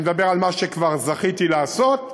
אני מדבר על מה שכבר זכיתי לעשות,